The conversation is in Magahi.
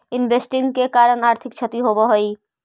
इन्वेस्टिंग के कारण आर्थिक क्षति होवऽ हई